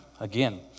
Again